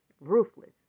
ruthless